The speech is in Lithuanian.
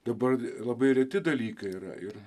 dabar labai reti dalykai yra ir